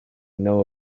know